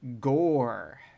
gore